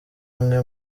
umwe